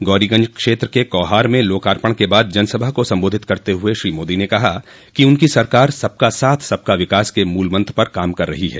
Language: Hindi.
गौरीगंज क्षेत्र के कौहार में लोकार्पण के बाद जनसभा को सम्बाधित करते हुए श्री मोदी ने कहा कि उनकी सरकार सबका साथ सबका विकास के मूल मंत्र पर काम कर रही है